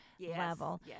level